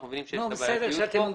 אנחנו מבינים שיש לך בעייתיות כאן.